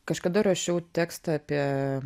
kažkada rašiau tekstą apie